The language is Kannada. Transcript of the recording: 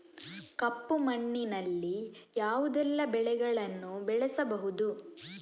ಕಪ್ಪು ಮಣ್ಣಿನಲ್ಲಿ ಯಾವುದೆಲ್ಲ ಬೆಳೆಗಳನ್ನು ಬೆಳೆಸಬಹುದು?